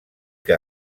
que